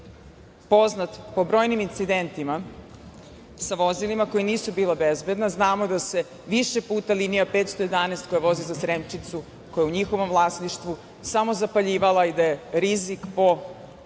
poznat po brojnim incidentima sa vozilima koja nisu bila bezbedna. Znamo da se više puta linija 511 koja vozi za Sremčicu, koja je u njihovom vlasništvu, samozapaljivala i da je rizik po bezbednost